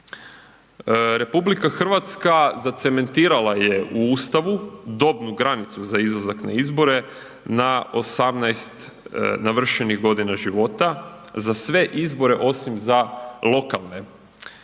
izbore. RH zacementirala je u Ustavu dobnu granicu za izlazak na izbore na 18 navršenih godina života, za sve izbore osim za lokalne.